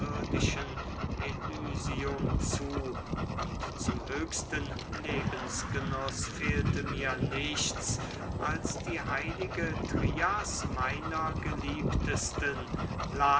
zu und zum höchsten lebensgenuß fehlte mir nichts als die heilige trias meiner geliebtesten lais